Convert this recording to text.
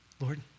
Lord